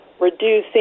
reducing